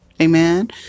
Amen